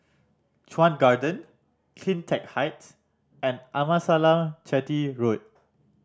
Chuan Garden Cleantech Height and Amasalam Chetty Road